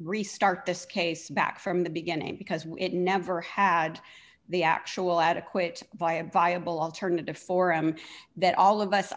restart this case back from the beginning because it never had the actual adequate via a viable alternative for him that all of us